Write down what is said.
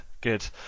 good